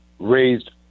raised